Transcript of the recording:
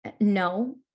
No